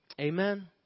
amen